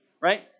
Right